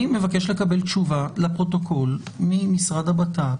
אני מבקש לקבל תשובה לפרוטוקול ממשרד הבט"פ